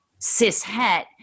cishet